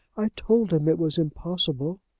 i told him it was impossible.